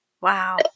wow